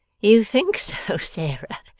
you think so, sarah,